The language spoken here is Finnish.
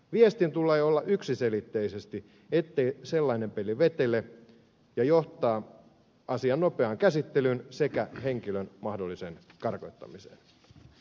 viestin tulee olla yksiselitteisesti ettei sellainen peli vetele ja johtaa asian nopeaan käsittelyyn sekä henkilön mahdolliseen karkottamiseen